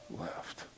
left